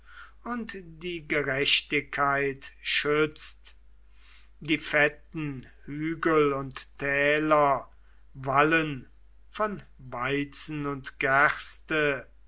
und die gerechtigkeit schützt die fetten hügel und täler wallen von weizen und gerste